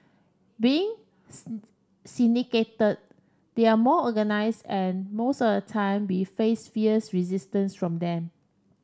being syndicated they are more organised and most of the time we face fierce resistance from them